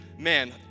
Man